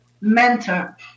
mentor